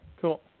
Cool